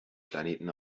planeten